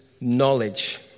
knowledge